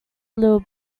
little